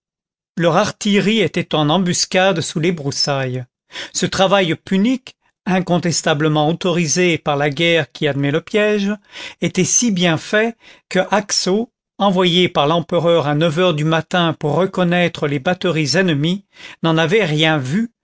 leur artillerie était en embuscade sous les broussailles ce travail punique incontestablement autorisé par la guerre qui admet le piège était si bien fait que haxo envoyé par l'empereur à neuf heures du matin pour reconnaître les batteries ennemies n'en avait rien vu